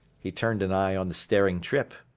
he turned an eye on the staring trippe.